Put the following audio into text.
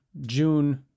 June